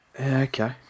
Okay